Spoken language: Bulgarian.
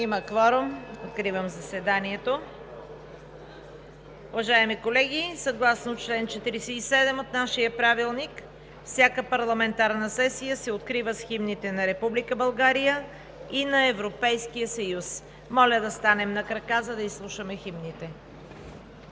Има кворум. Откривам заседанието. Уважаеми колеги, съгласно чл. 47 от нашия Правилник всяка парламентарна сесия се открива с химните на Република България и Европейския съюз. Моля да станем на крака, за да изслушаме химните.